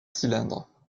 cylindres